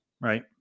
right